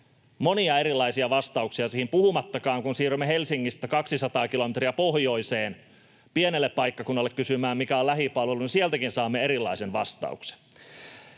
monia erilaisia vastauksia siihen, puhumattakaan, kun siirrymme Helsingistä 200 kilometriä pohjoiseen pienelle paikkakunnalle kysymään, mikä on lähipalvelu — sieltäkin saamme erilaisen vastauksen.